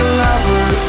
lover